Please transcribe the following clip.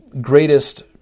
greatest